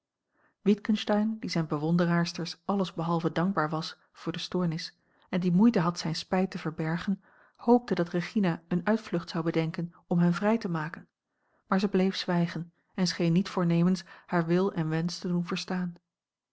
witgensteyn die zijne bewonderaarsters alles behalve dankbaar was voor de stoornis en die moeite had zijn spijt te verbergen hoopte dat regina eene uitvlucht zou bedenken om hem vrij te maken maar zij bleef zwijgen en scheen niet voornemens haar wil en wensch te doen verstaan